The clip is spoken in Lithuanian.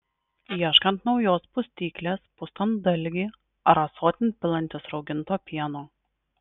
ieškant naujos pustyklės pustant dalgį ar ąsotin pilantis rauginto pieno